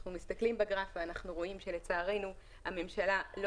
אנחנו מסתכלים בגרף ואנחנו רואים שלצערנו הממשלה לא